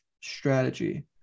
strategy